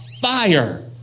fire